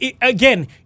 Again